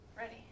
Ready